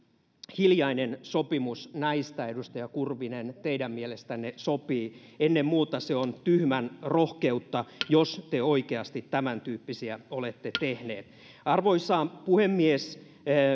hiljainen sopimus näistä edustaja kurvinen teidän mielestänne sopii ennen muuta se on tyhmänrohkeutta jos te oikeasti tämäntyyppisiä olette tehneet arvoisa puhemies